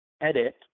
edit